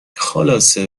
خلاصه